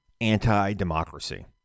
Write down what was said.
anti-democracy